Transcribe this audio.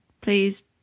Please